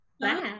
Bye